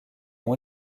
ont